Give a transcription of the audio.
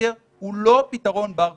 שסגר הוא לא פתרון בר קיימא.